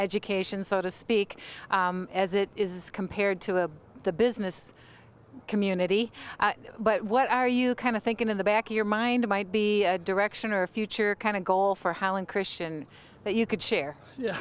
education so to speak as it is compared to the business community but what are you kind of thinking in the back of your mind might be a direction or a future kind of goal for how in christian that you could share y